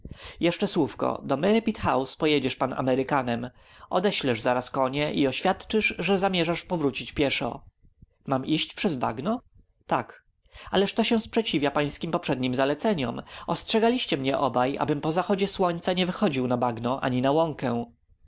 jeszcze słówko do merripit house pojedziesz pan amerykanem odeślesz zaraz konie i oświadczysz że zamierzasz powrócić pieszo mam iść przez bagno tak ależ to sprzeciwia się pańskim poprzednim zaleceniom ostrzegaliście mnie obaj abym po zachodzie słońca nie wychodził na bagno ani na łąkę